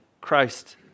Christ